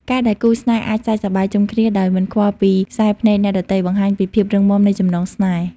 ការដែលគូស្នេហ៍អាចសើចសប្បាយជុំគ្នាដោយមិនខ្វល់ពីខ្សែភ្នែកអ្នកដទៃ បង្ហាញពីភាពរឹងមាំនៃចំណងស្នេហ៍។